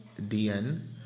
DN